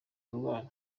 kurwara